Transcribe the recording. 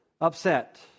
upset